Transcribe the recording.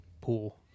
Pool